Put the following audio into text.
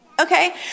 Okay